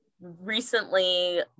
recently